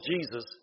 Jesus